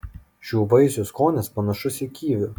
šių vaisių skonis panašus į kivių